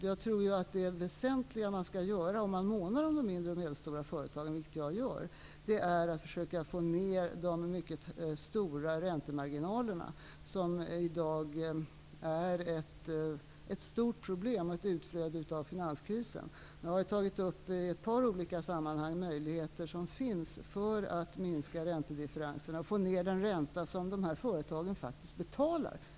Jag tror att den väsentliga åtgärden -- om man månar om de mindre och medelstora företagen, vilket jag gör -- är att försöka minska de mycket stora räntemarginalerna. Dessa är i dag ett stort problem och ett utflöde av finanskrisen. I ett par olika sammanhang har jag pekat på de möjligheter som finns när det gäller att minska räntedifferenser och få ner den ränta som de här företagen faktiskt betalar.